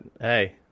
hey